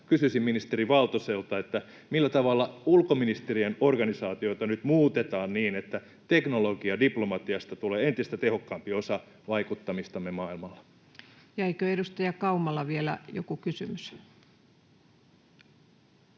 Kysyisin ministeri Valtoselta: millä tavalla ulkoministeriön organisaatiota nyt muutetaan niin, että teknologiadiplomatiasta tulee entistä tehokkaampi osa vaikuttamistamme maailmalla? Jäikö edustaja Kaumalla vielä joku kysymys?